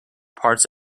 parts